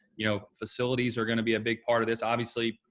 you know, facilities are going to be a big part of this. obviously,